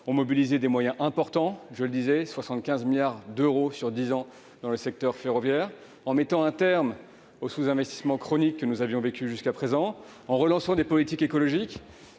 ont mobilisé des moyens importants, à hauteur de 75 milliards d'euros sur dix ans, dans le secteur ferroviaire. Nous avons mis un terme au sous-investissement chronique que nous connaissions jusqu'à présent, en relançant des politiques écologiques